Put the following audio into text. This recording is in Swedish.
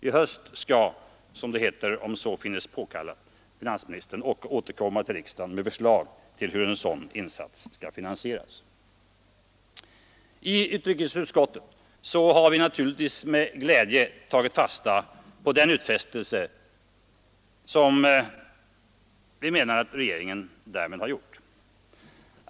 I höst skall finansministern — om så finnes påkallat, som det heter — återkomma till riksdagen med förslag till hur en sådan insats skall finansieras. I utrikesutskottet har vi med glädje tagit fasta på den utfästelse som vi menar att regeringen därmed har gjort.